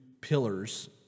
pillars